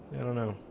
i don't know